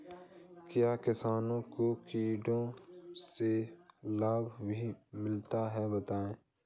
क्या किसानों को कीटों से लाभ भी मिलता है बताएँ?